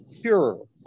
pure